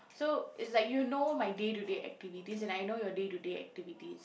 so it's like you know my day to day activities and I know your day to day activities